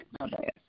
Okay